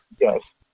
Yes